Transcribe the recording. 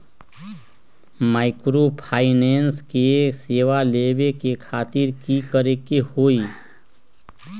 Microfinance के सेवा लेबे खातीर की करे के होई?